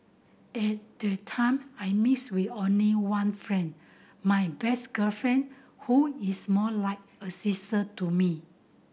at the time I mixed with only one friend my best girlfriend who is more like a sister to me